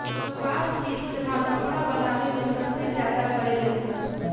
कपास के इस्तेमाल कपड़ा बनावे मे सबसे ज्यादा करे लेन सन